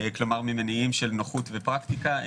כלומר ממניעים של נוחות ופרקטיקה,